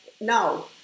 Now